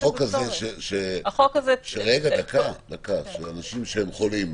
החוק הזה של אנשים שהם חולים